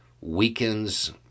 weakens